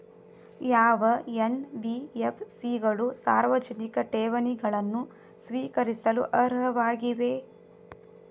ಯಾವ ಎನ್.ಬಿ.ಎಫ್.ಸಿ ಗಳು ಸಾರ್ವಜನಿಕ ಠೇವಣಿಗಳನ್ನು ಸ್ವೀಕರಿಸಲು ಅರ್ಹವಾಗಿವೆ?